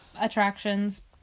attractions